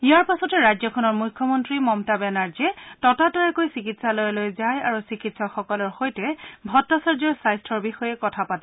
ইয়াৰ পাছতে ৰাজ্যখনৰ মুখ্যমন্তী মমতা বেনাৰ্জীয়ে ততাতৈয়াকৈ চিকিৎসালয়লৈ যায় আৰু চিকিৎসকসকলৰ সৈতে ভট্টাচাৰ্যৰ স্বাস্থ্যৰ বিষয়ে কথা পাতে